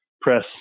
press